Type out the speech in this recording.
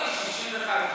אמרתי ש-61,